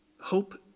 hope